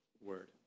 word